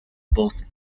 both